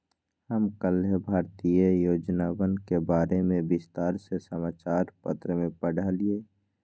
हम कल्लेह भारतीय योजनवन के बारे में विस्तार से समाचार पत्र में पढ़ लय